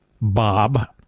Bob